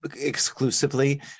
exclusively